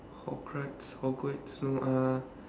hogwarts hogwarts no uh